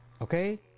Okay